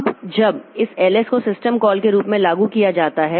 अब जब इस ls को सिस्टम कॉल के रूप में लागू किया जाता है